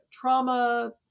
trauma